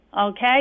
Okay